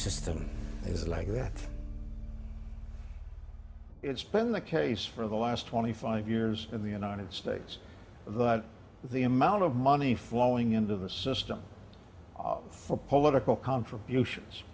system is like that it's been the case for the last twenty five years in the united states that the amount of money flowing into the system for political contributions